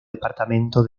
departamento